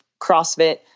CrossFit